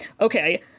Okay